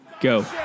go